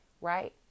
Right